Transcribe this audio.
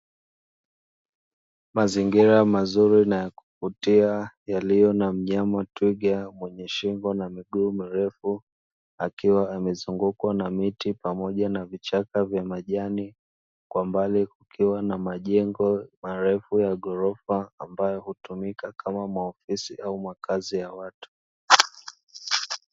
Mazingira mazuri na ya kuvutia yaliyo na mnyama twiga mwenye shingo na miguu mirefu akiwa amezungukwa na miti pamoja na vichaka vya majani, kwa mbali kukiwa na majengo marefu ya ghorofa ambayo hutumika kama maofisi au makazi ya watu.